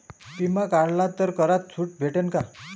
बिमा काढला तर करात सूट भेटन काय?